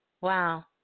Wow